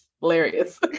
hilarious